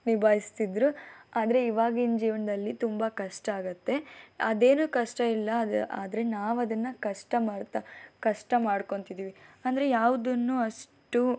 ನಿಭಾಯಿಸ್ತಿದ್ದರು ಆದರೆ ಇವಾಗಿನ ಜೀವನದಲ್ಲಿ ತುಂಬ ಕಷ್ಟ ಆಗುತ್ತೆ ಅದೇನು ಕಷ್ಟ ಇಲ್ಲ ಆದ್ರೆ ಆದರೆ ನಾವು ಅದನ್ನು ಕಷ್ಟ ಮಾಡ್ತಾ ಕಷ್ಟ ಮಾಡ್ಕೊಂತಿದ್ದೀವಿ ಅಂದರೆ ಯಾವುದನ್ನು ಅಷ್ಟು